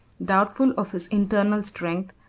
doubtful of his internal strength,